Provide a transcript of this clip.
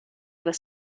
other